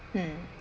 mm